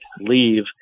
leave